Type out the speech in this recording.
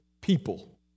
people